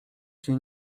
się